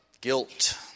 guilt